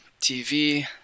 TV